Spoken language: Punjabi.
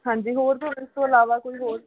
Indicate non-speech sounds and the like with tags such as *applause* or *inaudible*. ਹਾਂਜੀ ਹੋਰ *unintelligible* ਇਸ ਤੋਂ ਇਲਾਵਾ ਕੋਈ ਹੋਰ